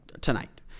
tonight